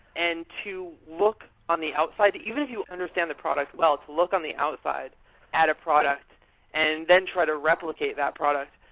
and to look on the outside, that even if you understand the product well, to look on the outside at a product and then try to replicate that product.